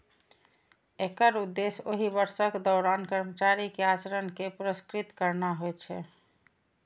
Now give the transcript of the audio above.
एकर उद्देश्य ओहि वर्षक दौरान कर्मचारी के आचरण कें पुरस्कृत करना होइ छै